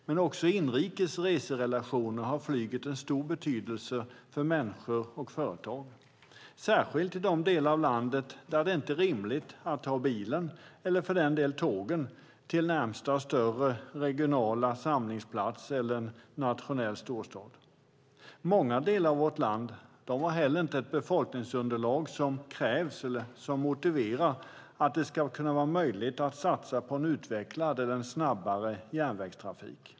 Men också i inrikes reserelationer har flyget en stor betydelse för både människor och företag, särskilt i de delar av landet där det inte är rimligt att ta bilen eller för den del tåget till närmaste större regional samlingsplats eller nationell storstad. I många delar av vårt land finns det inte ett befolkningsunderlag som motiverar att det ska vara möjligt att satsa på en utvecklad och snabbare järnvägstrafik.